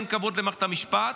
אין כבוד למערכת המשפט,